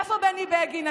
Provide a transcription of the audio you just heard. איפה בני בגין?